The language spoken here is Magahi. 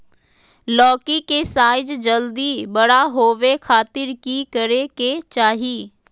लौकी के साइज जल्दी बड़ा होबे खातिर की करे के चाही?